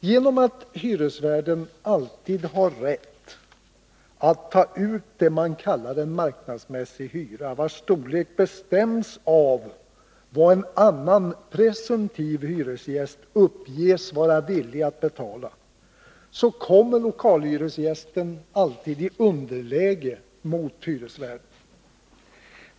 Genom att hyresvärden alltid har rätt att ta ut det man kallar marknadsmässig hyra, vars storlek bestäms av vad en annan, presumtiv hyresgäst uppges vara villig att betala, kommer lokalhyresgästen alltid i underläge gentemot hyresvärden.